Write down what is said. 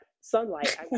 sunlight